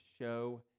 show